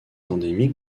endémique